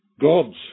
God's